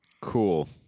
Cool